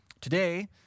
today